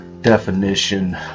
definition